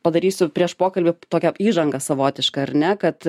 padarysiu prieš pokalbį tokią įžangą savotišką ar ne kad